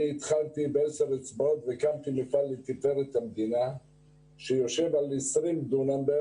בעשר אצבעות התחלתי והקמתי מפעל לתפארת המדינה שיושב על כ-20 דונם,